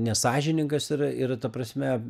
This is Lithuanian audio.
nesąžiningas yra ir ta prasme